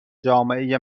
جامعه